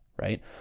right